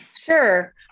Sure